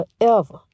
forever